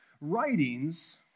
writings